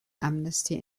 amnesty